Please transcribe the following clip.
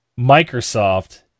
Microsoft